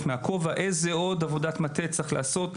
מהכובע.״ איזה עוד עבודת מטה צריך לעשות?